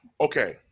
Okay